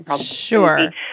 Sure